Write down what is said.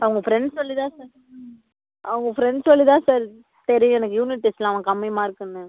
அவங்க ஃப்ரெண்ட்ஸ் சொல்லிதான் சார் அவங்க ஃப்ரெண்ட்ஸ் சொல்லிதான் சார் தெரியும் எனக்கு யூனிட் டெஸ்ட்டில் அவன் கம்மி மார்க்குன்னு